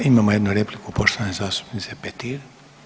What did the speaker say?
Imamo jednu repliku poštovane zastupnice Petir.